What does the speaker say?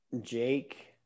Jake